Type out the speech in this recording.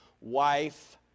wife